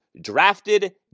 drafted